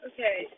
Okay